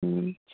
हूँ